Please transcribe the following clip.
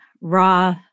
raw